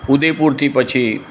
ઉદયપુરથી પછી